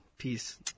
peace